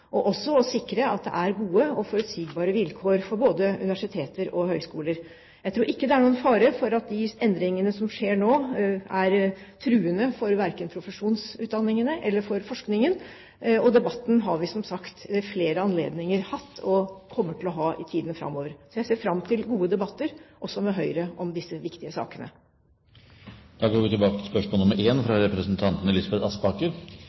å sikre at det er gode og forutsigbare vilkår for både universiteter og høyskoler. Jeg tror ikke det er noen fare for at de endringene som skjer nå, kan true verken profesjonsutdanningene eller forskningen. Debatten har vi, som sagt, hatt ved flere anledninger og kommer til å ha i tiden framover. Jeg ser derfor fram til gode debatter, også med Høyre, om disse viktige sakene. Da går vi tilbake til spørsmål 1. Dette spørsmålet, fra representanten Elisabeth Aspaker